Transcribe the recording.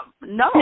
No